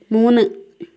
മൂന്ന്